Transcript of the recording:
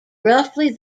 roughly